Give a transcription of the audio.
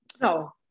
No